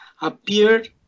appeared